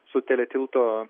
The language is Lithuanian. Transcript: su teletilto